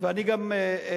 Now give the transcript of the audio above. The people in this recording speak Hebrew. ואני גם פניתי,